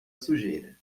sujeira